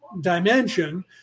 dimension